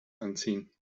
anziehen